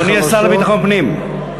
אדוני השר לביטחון פנים,